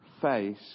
face